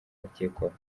bakekwaho